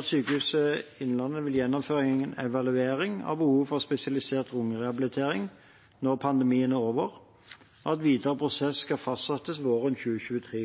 at Sykehuset Innlandet vil gjennomføre en evaluering av behovet for spesialisert lungerehabilitering når pandemien er over, og at videre prosess skal fastsettes våren 2023.